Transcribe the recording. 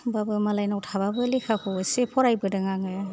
होमबाबो मालायनाव थाबाबो लेखाखौ एसे फरायबोदों आङो